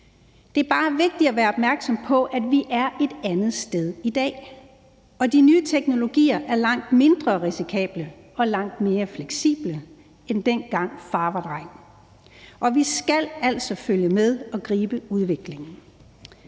Det er bare vigtigt at være opmærksom på, at vi er et andet sted i dag, og de nye teknologier er langt mindre risikable og langt mere fleksible, end dengang far var dreng, og vi skal altså følge med og gribe udviklingen.